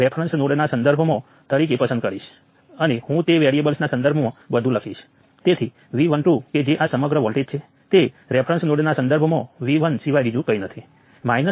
પરંતુ આપણે નોડલ એનાલિસિસમાંથી પસાર થઈશું કારણ કે આપણે આ પોઈન્ટે તે જ શીખવાનો પ્રયાસ કરી રહ્યા છીએ